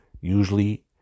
usually